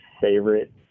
favorite